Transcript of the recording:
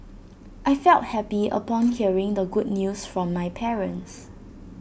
I felt happy upon hearing the good news from my parents